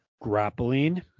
Grappling